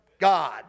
God